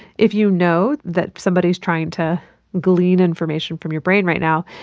if you know that somebody is trying to glean information from your brain right now,